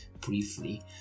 briefly